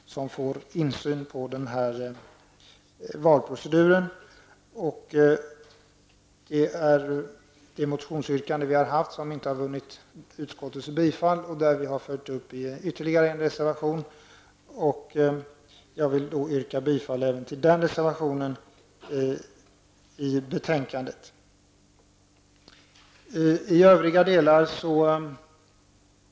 Insynen i valproceduren vidgas, vilket är i enlighet med vårt motionsyrkande som inte tillstyrkts av utskottet. Detta krav har följts upp i en annan reservation. Jag yrkar härmed bifall även till denna reservation, som är fogad till detta betänkande.